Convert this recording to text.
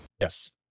yes